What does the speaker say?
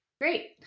Great